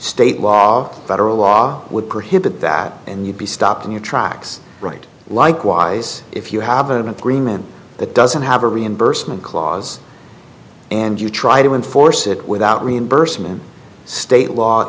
state law federal law would prohibit that and you'd be stopped in your tracks right likewise if you have an agreement that doesn't have a reimbursement clause and you try to enforce it without reimbursement state law